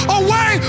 away